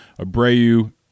Abreu